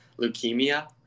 leukemia